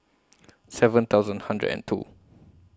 seven thousand hundred and two